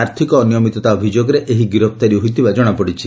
ଆର୍ଥିକ ଅନିୟମିତତା ଅଭିଯୋଗରେ ଏହି ଗିରଫଦାରୀ ହୋଇଥିବା ଜଣାପଡିଛି